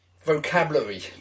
vocabulary